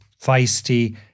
feisty